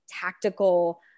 tactical